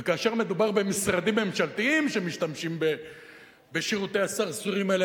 וכאשר מדובר במשרדים ממשלתיים שמשתמשים בשירותי הסרסורים האלה,